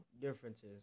differences